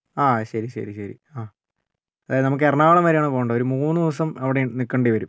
ആ ശെരി ശെരി ശെരി ആ നമുക്ക് എറണാകുളം വരെയാണ് പോവേണ്ടത് ഒരു മൂന്ന് ദിവസം അവിടെ നിൽക്കേണ്ടി വരും